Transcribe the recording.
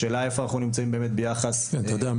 השאלה היא איפה אנחנו נמצאים ביחס --- אתה יודע,